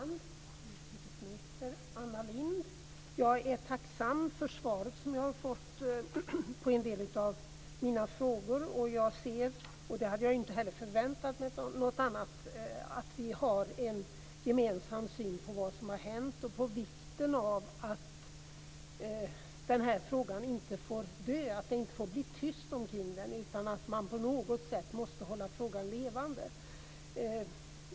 Fru talman och utrikesminister Anna Lindh! Jag är tacksam för de svar som jag har fått på en del av mina frågor. Jag ser - och jag hade inte heller förväntat mig något annat - att vi har en gemensam syn på vad som har hänt och på vikten av att den här frågan inte får dö, att det inte får bli tyst omkring den, utan att man på något sätt måste hålla frågan levande.